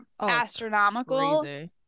astronomical